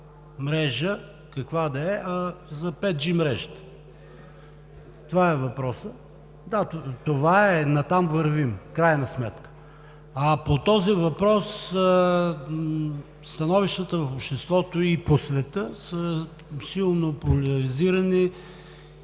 каква да е, а за 5G мрежата – това е въпросът. Да, това е, натам вървим в крайна сметка. По този въпрос становищата в обществото и по света са силно поляризирани